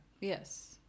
Yes